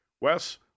Wes